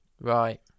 Right